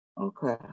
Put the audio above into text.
okay